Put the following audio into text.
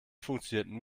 funktioniert